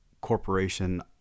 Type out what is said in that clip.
corporation